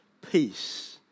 peace